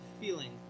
feeling